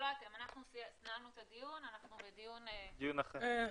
ננעלה בשעה 14:11.